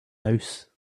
house